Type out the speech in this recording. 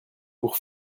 pour